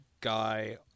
guy